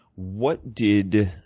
what did